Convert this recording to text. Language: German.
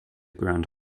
grand